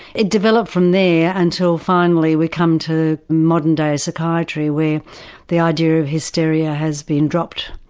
it developed from there until finally we come to modern-day psychiatry where the idea of hysteria has been dropped.